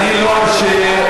אני לא, זאת